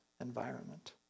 environment